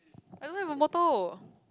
I don't have a motor